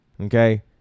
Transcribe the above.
okay